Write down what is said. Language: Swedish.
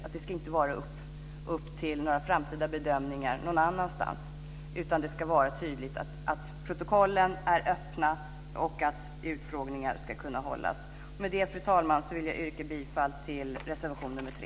Detta ska inte vara upp till några framtida bedömningar någon annanstans, utan det ska vara tydligt att protokollen är öppna och att utfrågningar ska kunna hållas. Med det, fru talman, vill jag yrka bifall till reservation nr 3.